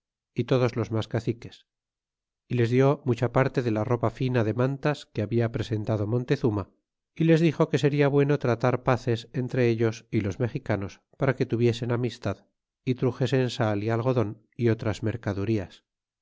y todos los mas caciques y les dió mucha parte de la ropa fina de mantas que habia presentado montezuma y les dixo que seria bueno tratar pazes entre ellos y los mexicanos para que tuviesen amistad y truxesen sal y algodon y otras mercadurias